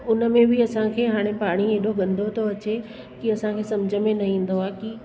उनमें बि असांखे हाणे पाणी हेॾो गंदो थो अचे की असांखे सम्झ में न ईंदो आहे की